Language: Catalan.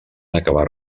acabar